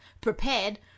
prepared